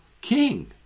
king